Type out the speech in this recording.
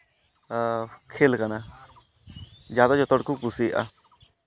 ᱠᱷᱮᱹᱞ ᱠᱟᱱᱟ ᱡᱟᱦᱟᱸ ᱫᱚ ᱡᱚᱛᱚ ᱦᱚᱲ ᱠᱚ ᱠᱩᱥᱤᱭᱟᱜᱼᱟ